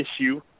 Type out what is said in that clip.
issue